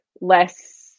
less